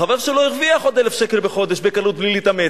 החבר שלו הרוויח עוד 1,000 שקל בחודש בקלות בלי להתאמץ,